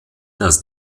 das